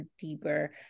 deeper